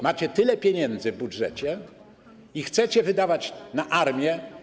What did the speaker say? Macie tyle pieniędzy w budżecie i chcecie wydawać na armię.